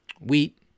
Wheat